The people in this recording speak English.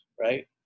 right